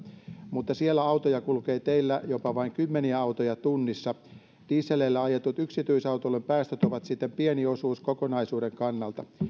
mutta siellä autoja kulkee teillä jopa vain kymmeniä autoja tunnissa dieseleillä ajetut yksityisautoilun päästöt ovat siten pieni osuus kokonaisuuden kannalta